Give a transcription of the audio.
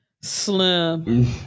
Slim